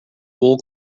wool